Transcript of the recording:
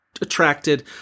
attracted